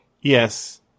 Yes